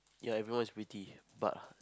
ya everyone is pretty but